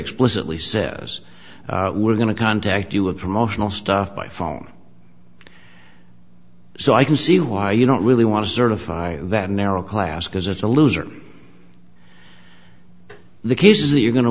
explicitly says we're going to contact you a promotional stuff by phone so i can see why you don't really want to certify that narrow class because it's a loser the cases that you're go